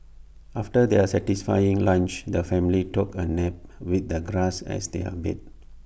after their satisfying lunch the family took A nap with the grass as their bed